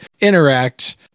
interact